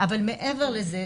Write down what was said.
אבל מעבר לזה,